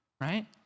right